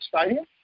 stadium